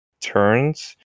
turns